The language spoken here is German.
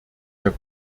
der